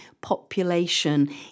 population